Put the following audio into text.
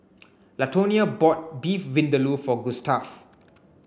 Latonia bought Beef Vindaloo for Gustaf